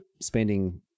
spending